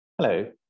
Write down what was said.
Hello